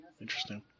Interesting